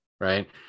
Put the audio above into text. right